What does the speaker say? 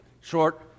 Short